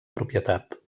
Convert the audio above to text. propietat